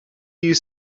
you